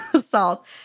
Salt